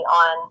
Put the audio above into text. on